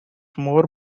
more